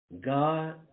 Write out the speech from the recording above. God